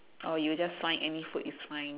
oh you just find any food is fine